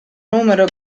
numero